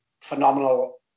phenomenal